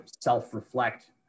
self-reflect